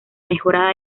mejorada